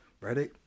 Ready